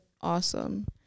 awesome